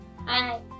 Hi